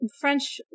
French